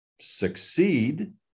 succeed